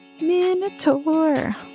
Minotaur